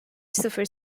sıfır